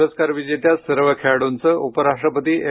पुरस्कार विजेत्या सर्व खेळाडूंचं उपराष्ट्रपती एम